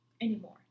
anymore